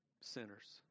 sinners